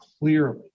clearly